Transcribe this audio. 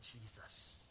Jesus